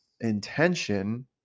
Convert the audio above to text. intention